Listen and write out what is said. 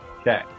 Okay